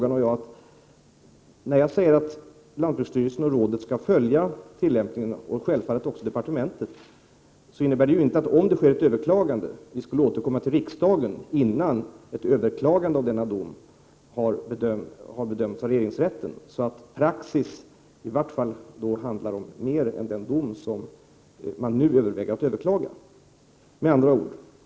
När jag säger att lantbruksstyrelsen, och rådet samt självfallet också departementet skall följa lagens tillämpning, innebär det inte att vi om domen överklagas återkommer till riksdagen redan innan ett överklagande har bedömts av regeringsrätten. Praxis handlar mer än om bara denna dom, som man nu överväger att överklaga.